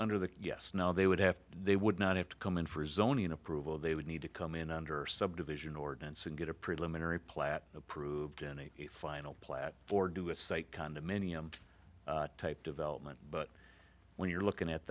under the yes no they would have they would not have to come in for a zoning approval they would need to come in under subdivision ordinance and get a preliminary plat approved in a final plat or do a site condominium type development but when you're looking at